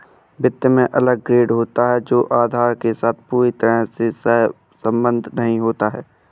वित्त में अलग ग्रेड होता है जो आधार के साथ पूरी तरह से सहसंबद्ध नहीं होता है